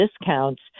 discounts